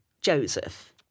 Joseph